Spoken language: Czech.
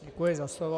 Děkuji za slovo.